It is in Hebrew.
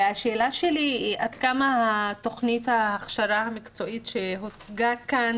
השאלה שלי היא עד כמה תוכנית ההכשרה המקצועית שהוצגה כאן